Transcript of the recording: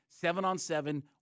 seven-on-seven